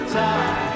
time